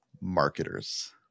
marketers